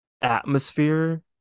atmosphere